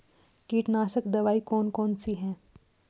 कीटनाशक दवाई कौन कौन सी हैं?